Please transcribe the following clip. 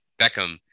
beckham